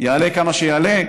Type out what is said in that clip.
יעלה כמה שיעלה.